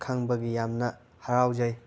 ꯈꯪꯕꯒꯤ ꯌꯥꯝꯅ ꯍꯔꯥꯎꯖꯩ